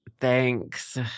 Thanks